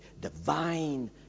divine